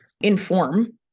inform